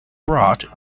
brought